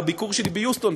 בביקור שלי ביוסטון,